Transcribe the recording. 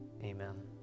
amen